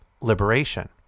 Liberation